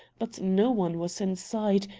but no one was in sight,